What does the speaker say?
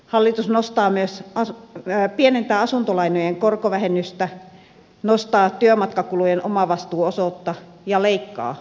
hallitus myös pienentää asuntolainojen korkovähennystä nostaa työmatkakulujen omavastuuosuutta ja leikkaa lapsilisiä